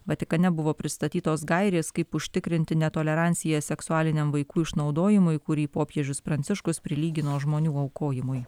vatikane buvo pristatytos gairės kaip užtikrinti netoleranciją seksualiniam vaikų išnaudojimui kurį popiežius pranciškus prilygino žmonių aukojimui